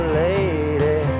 lady